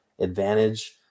advantage